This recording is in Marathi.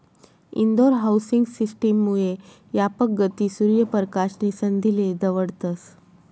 इंदोर हाउसिंग सिस्टम मुये यापक गती, सूर्य परकाश नी संधीले दवडतस